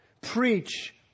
preach